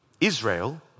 Israel